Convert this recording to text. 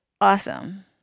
awesome